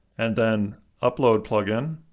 and then upload plugin